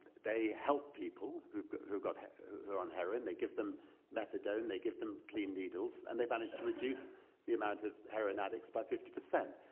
they help people who've got who got who are on heroin. they give them methadone, they give them clean needles, and they've managed to reduce the amount of heroin addicts by fifty.